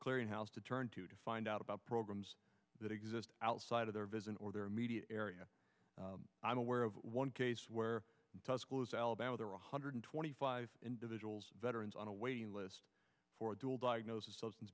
clearinghouse to turn to to find out about programs that exist outside of their visit or their immediate area i'm aware of one case where tuscaloosa alabama there are one hundred twenty five individuals veterans on a waiting list for dual diagnosis